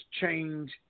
change